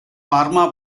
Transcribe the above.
parma